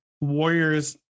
Warriors